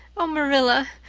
oh, marilla,